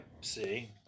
see